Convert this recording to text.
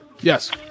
Yes